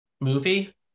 movie